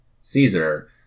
Caesar